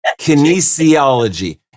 kinesiology